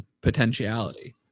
potentiality